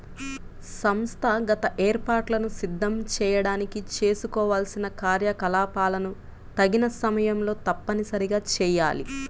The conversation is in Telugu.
సంస్థాగత ఏర్పాట్లను సిద్ధం చేయడానికి చేసుకోవాల్సిన కార్యకలాపాలను తగిన సమయంలో తప్పనిసరిగా చేయాలి